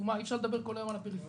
אי אפשר לדבר כל היום על הפריפריה,